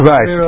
Right